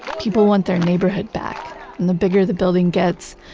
people want their neighborhood back and the bigger the building gets,